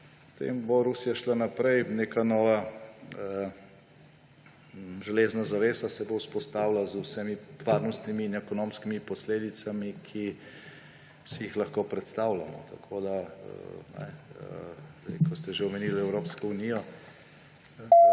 potem bo Rusija šla naprej, neka nova železna zavesa se bo vzpostavila, z vsemi varnostnimi in ekonomskimi posledicami, ki si jih lahko predstavljamo. Ko ste že omenili Evropsko unijo,